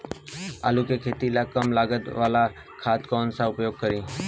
आलू के खेती ला कम लागत वाला खाद कौन सा उपयोग करी?